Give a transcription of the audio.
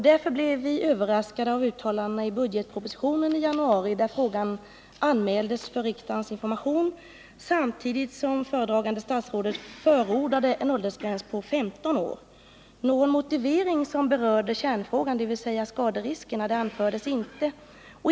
Därför blev vi överraskade av uttalandena i budgetpropositionen i januari, där frågan anmäldes för riksdagens information, samtidigt som föredragande statsrådet förordade en åldersgräns på 15 år. Någon motivering som berörde kärnfrågan, dvs. skaderiskerna, anfördes inte.